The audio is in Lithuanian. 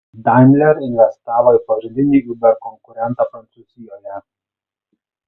daimler investavo į pagrindinį uber konkurentą prancūzijoje